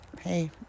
hey